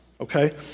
Okay